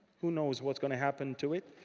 who knows what's going to happen to it?